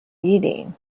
reading